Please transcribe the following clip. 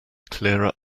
clearer